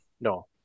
No